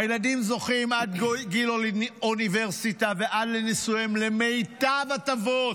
הילדים זוכים עד גיל האוניברסיטה ועד לנישואיהם למיטב הטבות